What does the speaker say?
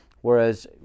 whereas